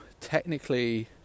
technically